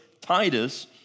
Titus